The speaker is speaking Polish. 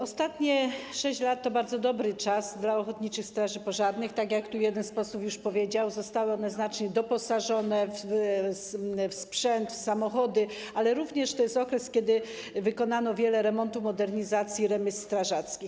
Ostatnie 6 lat to bardzo dobry czas dla ochotniczych straży pożarnych - jak jeden z posłów już powiedział, zostały one znacznie doposażone w sprzęt, w samochody - ale również jest to okres, kiedy wykonano wiele remontów, modernizacji remiz strażackich.